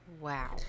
wow